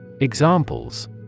Examples